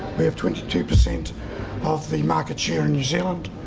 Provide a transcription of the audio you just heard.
we have twenty two percent of the market share in new zealand.